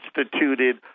instituted